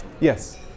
Yes